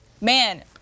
man